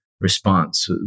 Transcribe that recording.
response